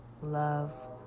love